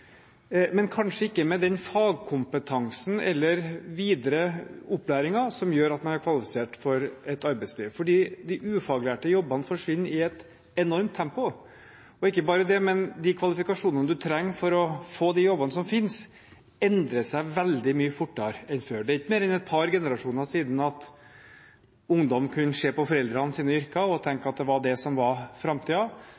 men kanskje ikke med den fagkompetansen eller den videre opplæringen som gjør at man er kvalifisert for et arbeidsliv. For de ufaglærte jobbene forsvinner i et enormt tempo, og ikke bare det, men de kvalifikasjonene man trenger for å få de jobbene som fins, endrer seg veldig mye fortere enn før. Det er ikke mer enn et par generasjoner siden at ungdom kunne se på foreldrenes yrker og tenke